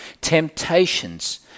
temptations